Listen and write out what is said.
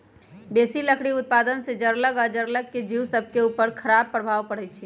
बेशी लकड़ी उत्पादन से जङगल आऽ जङ्गल के जिउ सभके उपर खड़ाप प्रभाव पड़इ छै